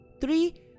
three